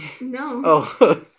No